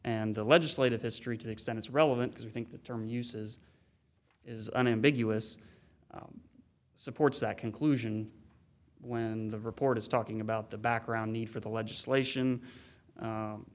and the legislative history to the extent it's relevant because i think the term uses is unambiguous supports that conclusion when the report is talking about the background need for the legislation